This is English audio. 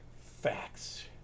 facts